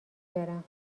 دارم